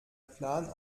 plan